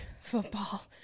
football